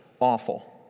Awful